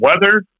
weather